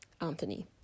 Anthony